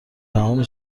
تمام